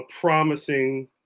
promising